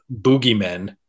boogeymen